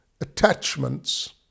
attachments